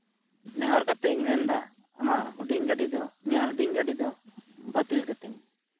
ᱱᱮᱦᱚᱨ ᱠᱟᱛᱮ ᱤᱧ ᱢᱮᱱᱫᱟ ᱟᱢᱟᱜ ᱦᱩᱰᱤᱧ ᱜᱟᱹᱰᱤ ᱫᱚ ᱤᱧᱟᱹᱜ ᱦᱩᱰᱤᱧ ᱜᱟᱹᱰᱤ ᱫᱚ ᱵᱟᱹᱛᱤᱞ ᱠᱟᱹᱛᱤᱧ ᱢᱮ